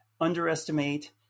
underestimate